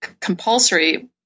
compulsory